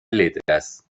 letras